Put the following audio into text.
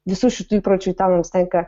visų šitų įpročių italams tenka